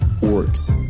works